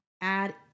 add